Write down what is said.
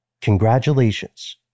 Congratulations